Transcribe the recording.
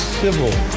civil